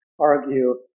argue